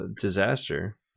disaster